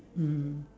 mm